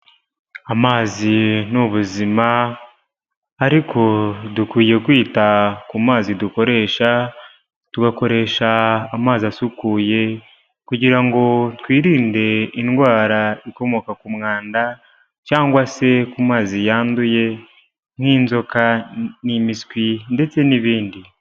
Amazi ni ubuzima, ariko dukwiye kwita ku mazi dukoresha, tugakoresha amazi asukuye, kugira ngo twirinde indwara ikomoka ku mwanda cyangwa se ku mazi yanduye, nk'inzoka n'imiswi ndetse n'ibindi.